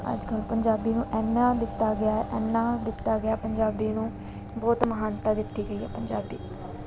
ਅੱਜ ਕੱਲ੍ਹ ਪੰਜਾਬੀ ਨੂੰ ਐਨਾ ਦਿੱਤਾ ਗਿਆ ਐਨਾ ਦਿੱਤਾ ਗਿਆ ਪੰਜਾਬੀ ਨੂੰ ਬਹੁਤ ਮਹਾਨਤਾ ਦਿੱਤੀ ਗਈ ਹੈ ਪੰਜਾਬੀ ਨੂੰ